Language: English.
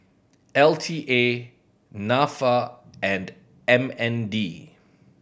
L T A Nafa and M N D